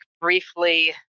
briefly